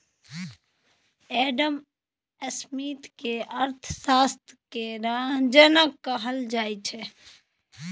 Adam Smith केँ अर्थशास्त्र केर जनक कहल जाइ छै